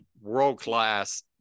world-class